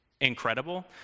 incredible